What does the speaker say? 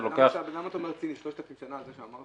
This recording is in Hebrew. זה לוקח --- 3,000 שנה?